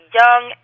young